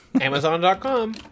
amazon.com